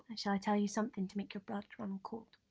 shall i tell you something to make your blood run cold?